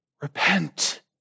Repent